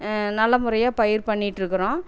நல்ல முறையாக பயிர் பண்ணிட்ருக்கிறோம்